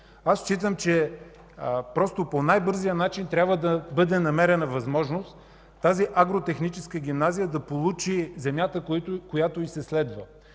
Аз считам, че по най-бързия начин трябва да бъде намерена възможност тази Агротехническа гимназия да получи земята, която й се следва.